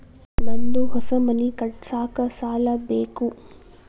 ನಂದು ಹೊಸ ಮನಿ ಕಟ್ಸಾಕ್ ಸಾಲ ಬೇಕು